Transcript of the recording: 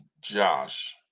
Josh